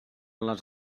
les